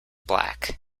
black